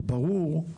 ברור,